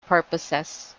purposes